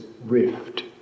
rift